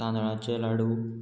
तांदळाचे लाडू